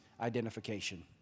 identification